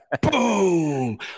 boom